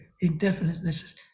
indefiniteness